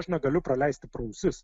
aš negaliu praleisti pro ausis